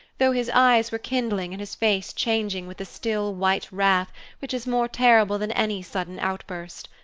though his eyes were kindling and his face changing with the still, white wrath which is more terrible than any sudden outburst.